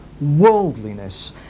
worldliness